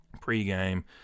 pre-game